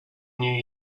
new